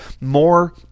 more